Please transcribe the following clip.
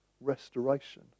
restoration